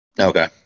Okay